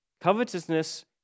Covetousness